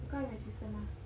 because you're my sister mah